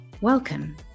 Welcome